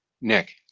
Nick